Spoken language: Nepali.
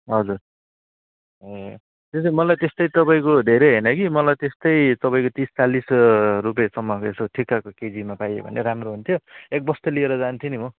हजुर ए त्यो चाहिँ मलाई त्यस्तो तपाईँको धेरै होइन कि मलाई त्यस्तो तपाईँको तिस चालिस रुप्पेसम्मको यसो ठिकठाक केजीमा पाइयो भने राम्रो हुन्थ्यो एक बस्ता लिएर जान्थेँ नि म